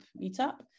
Meetup